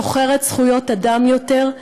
שוחרת זכויות אדם יותר,